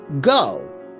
go